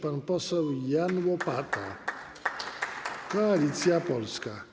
Pan poseł Jan Łopata, Koalicja Polska.